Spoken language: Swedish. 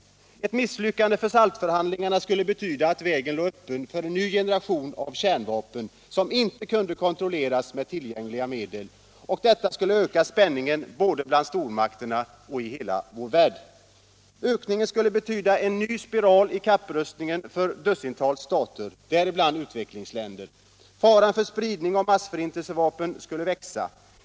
Ett misslyckande för SALT-förhandlingarna skulle betyda att vägen låg öppen för en ny generation av kärnvapen, som inte kunde kontrolleras med tillgängliga medel. Och detta skulle öka spänningen både bland stormakterna och i hela världen. Ökningen skulle betyda en ny spiral i kapprustningen för dussintals stater, däribland utvecklingsländer. Faran för spridning av massförintelsevapen skulle växa.